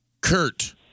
Kurt